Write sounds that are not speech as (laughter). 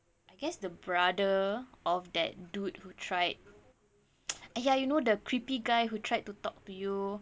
I guess the brother of that dude who tried (noise) !aiya! you know the creepy guy who tried to talk to you